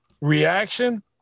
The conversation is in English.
reaction